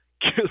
kill